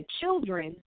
children